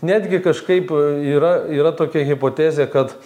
netgi kažkaip yra yra tokia hipotezė kad